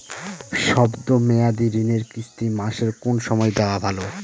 শব্দ মেয়াদি ঋণের কিস্তি মাসের কোন সময় দেওয়া ভালো?